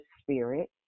spirit